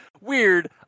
weird